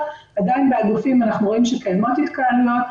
אבל עדיין באגפים אנחנו רואים שקיימות התקהלויות.